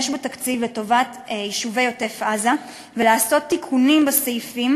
בתקציב לטובת יישובי עוטף-עזה ולעשות תיקונים בסעיפים